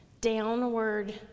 downward